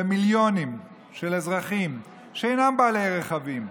למיליונים של אזרחים שאינם בעלי רכבים,